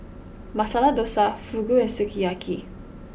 Masala Dosa Fugu and Sukiyaki